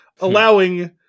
allowing